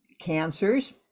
cancers